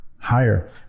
higher